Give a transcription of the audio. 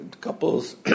couples